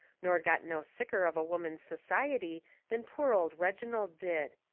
nor got no sicker of a woman's society than poor old reginald did.